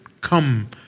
come